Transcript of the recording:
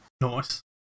Nice